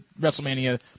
WrestleMania